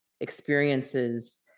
experiences